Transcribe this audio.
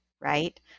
Right